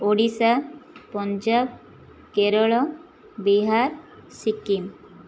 Odisha Punjab Kerala Bihar Sikkim